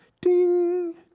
Ding